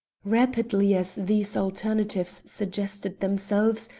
rapidly as these alternatives suggested themselves,